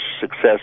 success